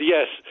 Yes